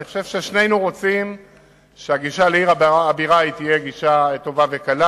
אני חושב ששנינו רוצים שהגישה לעיר הבירה תהיה טובה וקלה.